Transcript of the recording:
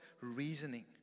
reasoning